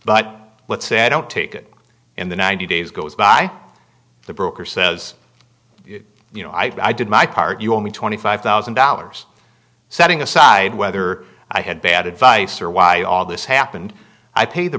but let's say i don't take it in the ninety days goes by the broker says you know i did my part you only twenty five thousand dollars setting aside whether i had bad advice or why all this happened i paid the